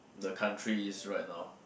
the country is right now